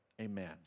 Amen